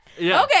Okay